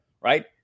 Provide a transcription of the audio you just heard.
right